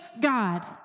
God